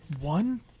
One